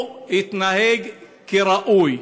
הוא התנהג כראוי,